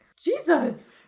jesus